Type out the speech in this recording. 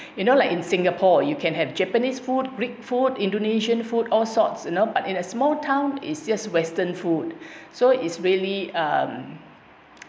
you know like in singapore you can have japanese food greek food indonesian food all sorts you know but in a small town is just western food so is really um